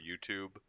youtube